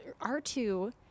R2